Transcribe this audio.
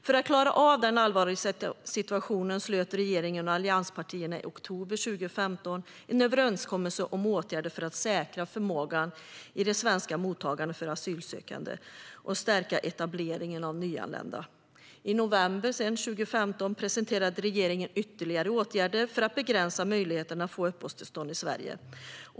För att klara av den allvarliga situationen slöt regeringen och allianspartierna i oktober 2015 en överenskommelse om åtgärder för att säkra förmågan i det svenska mottagandet av asylsökande och stärka etableringen av nyanlända. I november 2015 presenterade regeringen ytterligare åtgärder för att begränsa möjligheten att få uppehållstillstånd i Sverige.